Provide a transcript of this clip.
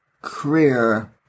career